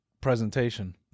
presentation